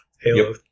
Halo